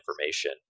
information